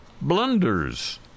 blunders